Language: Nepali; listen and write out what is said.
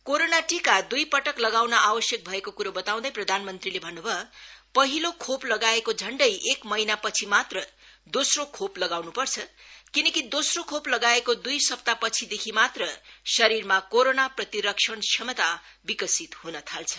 कोरोना टीका दूई टक लगाउन आवश्यक भएको कुरो बताउँदै प्रधानमन्त्रीले भन्न् भयो हिलो खो लगाएको झण्डै एक महिना छि मात्र दोस्रो खो लगाउन् र्छ किनकि दोस्रो खो लगाएको दूई सप्ताह छि देखि मात्र शरीरमा कोरना प्रतिरक्षण क्षमता विकसित ह्न थाल्छ